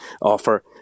offer